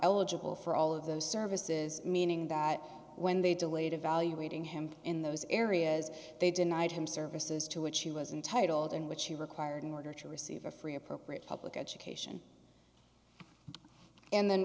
eligible for all of those services meaning that when they delayed evaluating him in those areas they denied him services to which he was entitled and which he required in order to receive a free appropriate public education and then